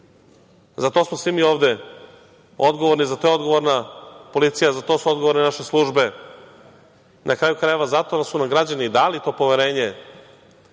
to smo svi mi ovde odgovorni, za to je odgovorna policija, za to su odgovorne sve naše službe, na kraju krajeva, zato su nam građani i dali to poverenje,